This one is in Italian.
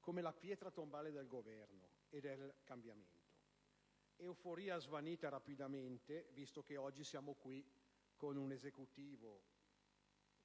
come la pietra tombale del Governo e del cambiamento: euforia svanita però rapidamente, visto che oggi siamo qui con un Esecutivo ben